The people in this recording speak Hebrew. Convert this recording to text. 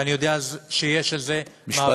ואני יודע שיש על זה מאבקים,